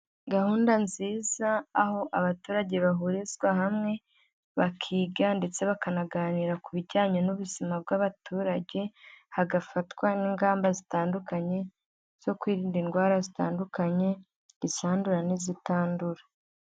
Gahunda nziza, aho abaturage bahurizwa hamwe, bakiga ndetse bakanaganira ku bijyanye n'ubuzima bw'abaturage, hagafatwa n'ingamba zitandukanye zo kwirinda indwara zitandukanye, izandura n'izitandura.